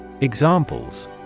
Examples